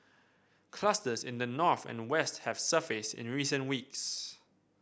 clusters in the north and west have surfaced in recent weeks